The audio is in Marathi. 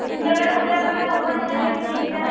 तुमच्याकडे कोणत्या कोणत्या कंपनीच्या आहेत फ्रीजच्या